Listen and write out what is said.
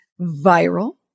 viral